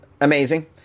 Amazing